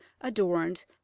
adorned